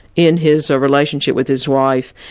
in his relationship with his wife.